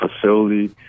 facility